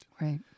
Right